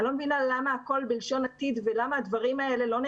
אני לא מבינה למה הכול בלשון עתיד ולמה הדברים האלה,